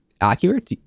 accurate